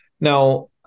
now